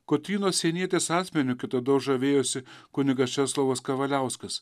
kotrynos sienietės asmeniu kitados žavėjosi kunigas česlovas kavaliauskas